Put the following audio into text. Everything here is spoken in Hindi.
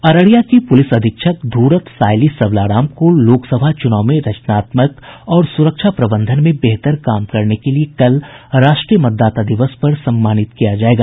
अररिया की पुलिस अधीक्षक धूरत सायली सबलाराम को लोकसभा चुनाव में रचनात्मक और सुरक्षा प्रबंधन में बेहतर काम करने के लिये कल राष्ट्रीय मतदाता दिवस पर सम्मानित किया जायेगा